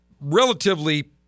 relatively